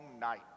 night